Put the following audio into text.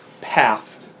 path